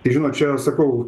tai žinot čia sakau